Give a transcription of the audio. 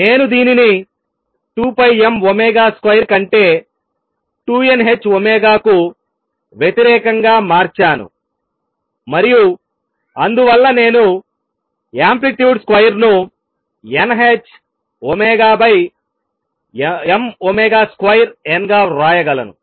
నేను దీనిని 2 mω2 కంటే 2 n h ω కు వ్యతిరేకంగా మార్చాను మరియు అందువల్ల నేను యాంప్లిట్యూడ్ స్క్వేర్ను n h ωmω2 n గా వ్రాయగలను